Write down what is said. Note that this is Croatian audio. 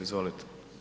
Izvolite.